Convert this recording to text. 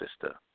sister